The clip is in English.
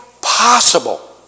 possible